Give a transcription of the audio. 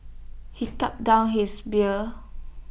he gulped down his beer